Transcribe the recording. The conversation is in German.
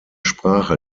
sprache